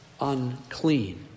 unclean